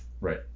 right